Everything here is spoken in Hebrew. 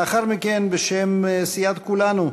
לאחר מכן, בשם סיעת כולנו,